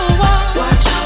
watch